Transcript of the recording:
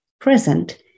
present